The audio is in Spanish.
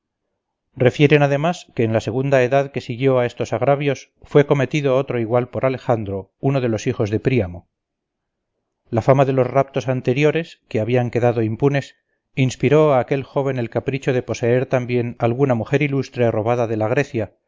refieren además que en la segunda edad que siguió a estos agravios fue cometido otro igual por alejandro uno de los hijos de príamo la fama de los raptos anteriores que habían quedado impunes inspiró a aquel joven el capricho de poseer también alguna mujer ilustre robada de la grecia